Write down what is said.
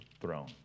throne